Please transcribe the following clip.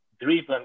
driven